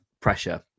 pressure